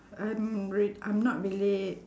I'm r~ I'm not really